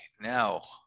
Now